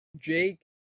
jake